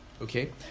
okay